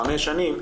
חמש שנים,